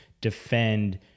defend